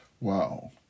Wow